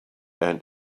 and